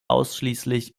ausschließlich